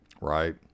Right